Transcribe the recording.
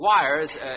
wires